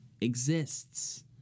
exists